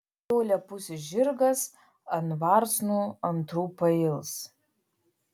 jo lepusis žirgas ant varsnų antrų pails